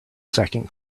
second